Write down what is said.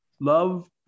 Love